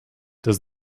does